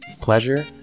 pleasure